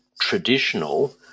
traditional